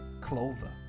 Clover